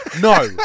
No